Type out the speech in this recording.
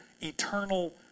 eternal